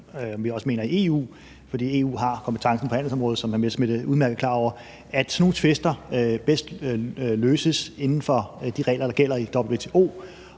mener i EU, fordi EU har kompetencen på handelsområdet, som hr. Morten Messerschmidt udmærket er klar over – at sådan nogle tvister bedst løses inden for de regler, der gælder i WTO.